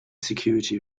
security